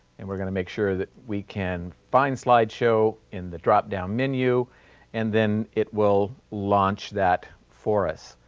and we're going to make sure that we can find slide show in the drop down menu and then, it will launch that for us.